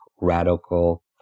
Radical